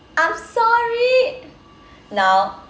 I'm sorry now